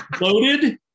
Loaded